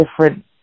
different